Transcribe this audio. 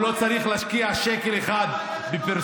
הוא לא צריך להשקיע שקל אחד בפרסום.